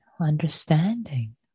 understanding